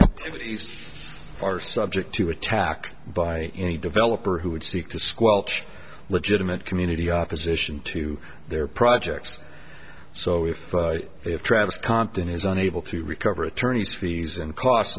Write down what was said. activities are subject to attack by any developer who would seek to squelch legitimate community opposition to their projects so if travis compton is unable to recover attorney's fees and costs